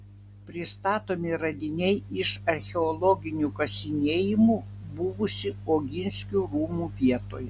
pristatomi radiniai iš archeologinių kasinėjimų buvusių oginskių rūmų vietoje